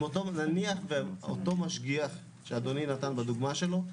נניח ואותו משגיח שאדוני נתן בדוגמה שלו,